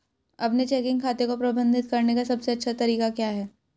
अपने चेकिंग खाते को प्रबंधित करने का सबसे अच्छा तरीका क्या है?